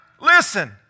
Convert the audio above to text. Listen